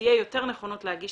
שתהיה יותר נכונות להגיש